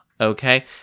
okay